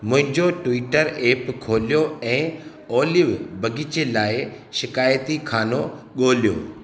मुंहिंजो Twitter app खोलियो ऐं ओलिव बागीचे लाइ शिकाइती खानो ॻोल्हियो